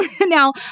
Now